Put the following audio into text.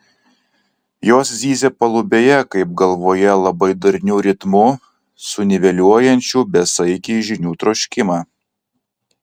jos zyzia palubėje kaip galvoje labai darniu ritmu suniveliuojančiu besaikį žinių troškimą